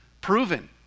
proven